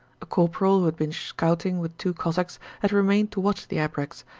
a corporal who had been scouting with two cossacks had remained to watch the abreks,